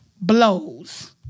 blows